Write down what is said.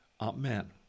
Amen